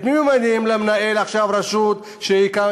את מי ממנים עכשיו למנהל הרשות שיקים?